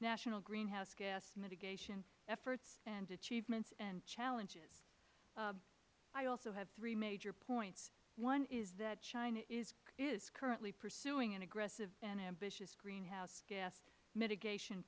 national greenhouse gas mitigation efforts and achievements and challenges i also have three major points one is that china is currently pursuing an aggressive and ambitious greenhouse gas mitigation